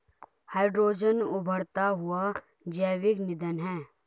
hydrogen उबरता हुआ जैविक ईंधन है